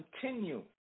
continue